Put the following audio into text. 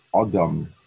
Adam